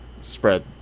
spread